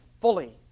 fully